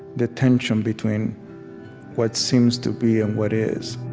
the tension between what seems to be and what is